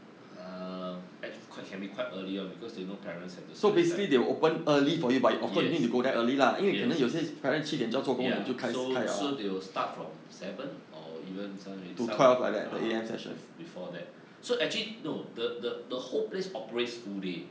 err ac~ can be quite early [one] because they know parents have so is like yes yes yes ya so so they will start from seven or even so~ some ah bef~ before that so actually no the the the whole place operates full day